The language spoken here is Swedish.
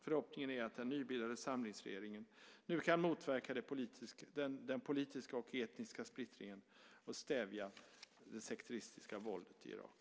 Förhoppningen är att den nybildade samlingsregeringen nu kan motverka den politiska och etniska splittringen och stävja det sekteristiska våldet i Irak.